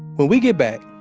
but we get back,